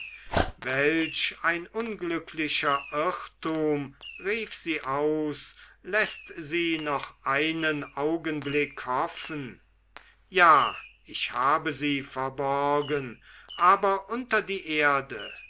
welch ein unglücklicher irrtum rief sie aus läßt sie noch einen augenblick hoffen ja ich habe sie verborgen aber unter die erde